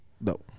No